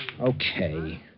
Okay